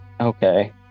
Okay